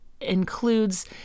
includes